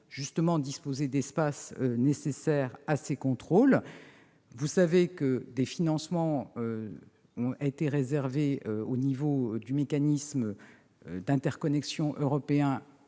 pour disposer d'espaces propres à ces contrôles. Vous le savez, des financements ont été réservés au niveau du mécanisme d'interconnexion européen